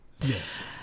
Yes